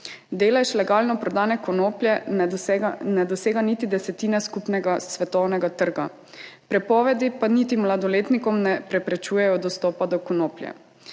Delež legalno prodane konoplje ne dosega niti desetine skupnega svetovnega trga. Prepovedi pa niti mladoletnikom ne preprečujejo dostopa do konoplje.